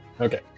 Okay